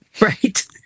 Right